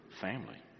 family